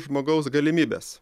žmogaus galimybes